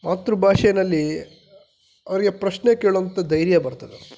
ಮಾತೃಭಾಷೇನಲ್ಲಿ ಅವರಿಗೆ ಪ್ರಶ್ನೆ ಕೇಳುವಂಥ ಧೈರ್ಯ ಬರ್ತದೆ